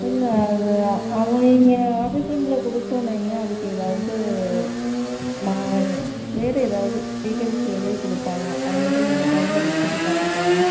இல்லை அது அவ் நீங்கள் ஆஃபீஸ் ரூமில் கொடுத்தோனையுமே அதுக்கு ஏதாவது மா வேறு ஏதாவது டீட்டைல்ஸ் எழுதி கொடுப்பாங்க அதை மட்டும் நீங்கள் கையில் வெச்சிட்டு காட்டிக்கோங்க